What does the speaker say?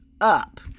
up